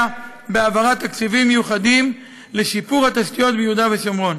בהעברת תקציבים מיוחדים לשיפור התשתיות ביהודה ושומרון.